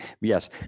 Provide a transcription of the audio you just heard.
yes